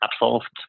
absolved